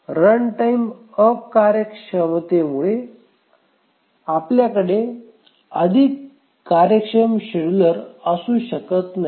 runtime अकार्यक्षमतेमुळे आमच्याकडे अधिक कार्यक्षम शेड्यूलर असू शकत नाहीत